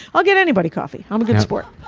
i'll get anybody coffee i'm a good sport.